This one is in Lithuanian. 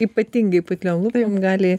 ypatingai putliom lūpom gali